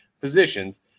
positions